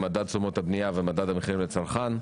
למדדים: מדד תשומות הבנייה ומדד המחירים לצרכן.